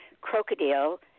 Crocodile